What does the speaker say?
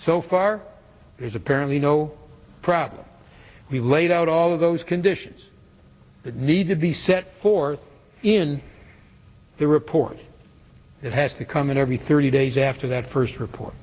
so far there's apparently no problem we laid out all of those conditions that need to be set forth in the report it has to come in every thirty days after that first report